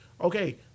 Okay